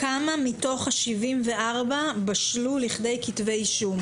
כמה מתוך ה-74 בשלו לכדי כתבי אישום?